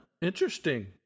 interesting